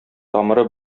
тамыры